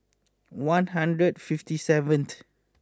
one hundred and fifty seventh